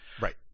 right